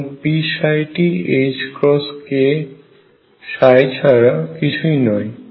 এবং p টি k ছাড়া কিছুই নয়